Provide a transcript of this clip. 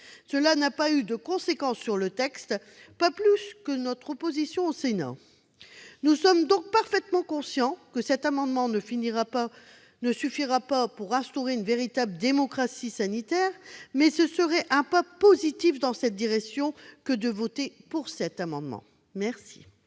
Cela n'a pas eu de conséquences sur le texte, non plus que notre opposition au Sénat. Nous sommes donc parfaitement conscients que cet amendement ne suffira pas à instaurer une véritable démocratie sanitaire, mais son adoption serait un pas positif dans cette direction. Quel est l'avis de la